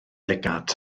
lygad